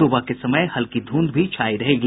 सूबह के समय हल्की धूंध भी छायी रहेगी